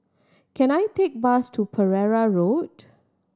can I take bus to Pereira Road